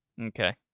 Okay